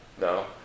No